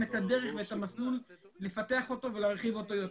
את הדרך ואת המסלול לפתח אותו ולהרחיב אותו יותר.